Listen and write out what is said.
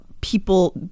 people